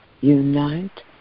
unite